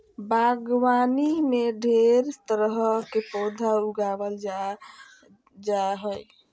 बागवानी में ढेर तरह के पौधा उगावल जा जा हइ